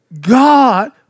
God